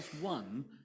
one